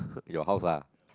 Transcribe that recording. your house ah